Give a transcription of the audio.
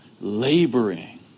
laboring